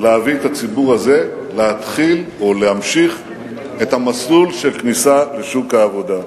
להביא את הציבור הזה להתחיל או להמשיך את המסלול של כניסה לשוק העבודה.